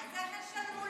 אז איך ישלמו לרע"מ?